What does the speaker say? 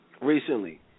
recently